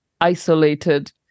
isolated